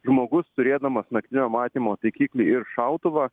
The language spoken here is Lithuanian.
žmogus turėdamas naktinio matymo taikiklį ir šautuvą